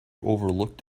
overlooked